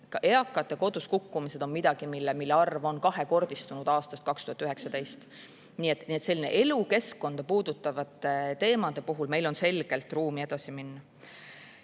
eakate kodus kukkumised on midagi, mille arv on kahekordistunud aastast 2019. Nii et elukeskkonda puudutavate teemade puhul meil on selgelt ruumi edasi minna.